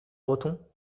breton